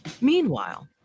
Meanwhile